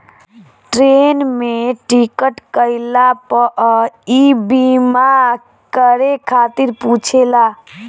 train में ticket कईला पअ इ बीमा करे खातिर पुछेला